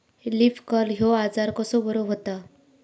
Leaf curl ह्यो आजार कसो बरो व्हता?